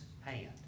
hand